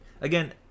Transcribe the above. Again